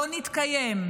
לא נתקיים.